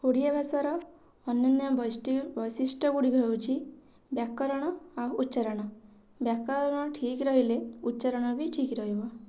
ଓଡ଼ିଆ ଭାଷାର ଅନନ୍ୟ ବୈଶିଷ୍ଟଗୁଡ଼ିକ ହେଉଛି ବ୍ୟାକରଣ ଆଉ ଉଚ୍ଚାରଣ ବ୍ୟାକରଣ ଠିକ୍ ରହିଲେ ଉଚ୍ଚାରଣ ବି ଠିକ୍ ରହିବ